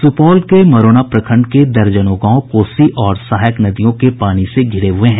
सुपौल जिले के मरौना प्रखंड के दर्जनों गांव कोसी और सहायक नदियों के पानी से घिरे हुये है